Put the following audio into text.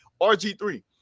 rg3